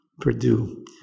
Purdue